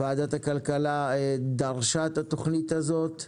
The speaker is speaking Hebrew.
ועדת הכלכלה דרשה את התוכנית הזאת,